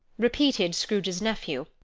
repeated scrooge's nephew.